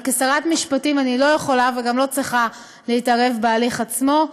אבל כשרת המשפטים אני לא יכולה וגם לא צריכה להתערב בהליך עצמו.